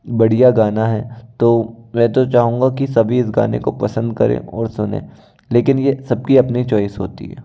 बढ़िया गाना है तो मैं तो चाहूंगा की सभी इस गाने को पसंद करें और सुने लेकिन यह सबकी अपनी चॉइस होती है